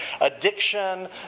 addiction